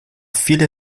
viele